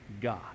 God